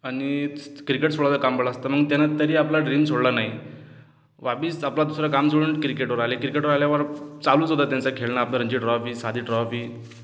आणि क्रिकेट सोडायचं काम पडलं असतं मग त्यानं तरी आपलं ड्रीम सोडलं नाही वापिस आपला दुसरं काम सोडून क्रिकेटवर आले क्रिकेटवर आल्यावर चालूच होता त्यांचं खेळणं आपलं रणजी ट्रॉअपी साधी